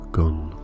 gone